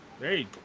Hey